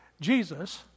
Jesus